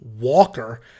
Walker